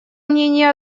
мнение